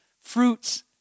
fruits